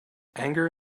anger